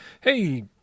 hey